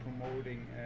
promoting